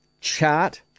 chart